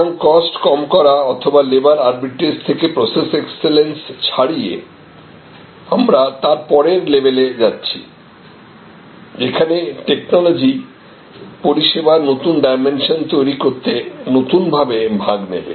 সুতরাং কস্ট কম করা অথবা লেবার আর্বিট্রেজ থেকে প্রসেস এক্সেলেন্স ছাড়িয়ে আমরা তারপরের লেভেলে যাচ্ছি যেখানে টেকনোলজি পরিষেবার নতুন ডাইমেনশন তৈরি করতে নতুন ভাবে ভাগ নেবে